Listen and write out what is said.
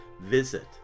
visit